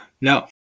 No